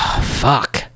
Fuck